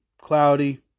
Cloudy